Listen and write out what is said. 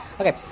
Okay